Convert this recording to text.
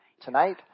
tonight